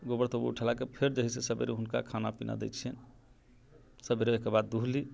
गोबर तोबर उठेलाके फेर जे है से सबेरे हुनका खाना पीना दै छियनि सबेरेके बाद दूहली